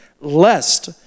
lest